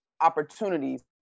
opportunities